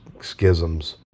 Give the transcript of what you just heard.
schisms